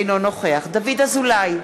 אינו נוכח דוד אזולאי,